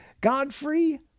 Godfrey